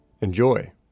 Enjoy